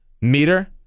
meter